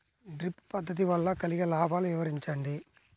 Drip పద్దతి వల్ల కలిగే లాభాలు వివరించండి?